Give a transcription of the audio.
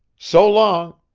so long!